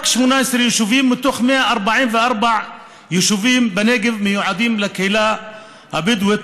רק 18 יישובים מתוך 144 יישובים בנגב מיועדים לקהילה הבדואית,